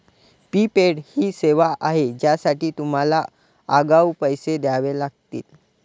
prepaid ही सेवा आहे ज्यासाठी तुम्हाला आगाऊ पैसे द्यावे लागतील